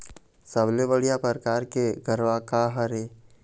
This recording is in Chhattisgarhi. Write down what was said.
सबले बढ़िया परकार के गरवा का हर ये?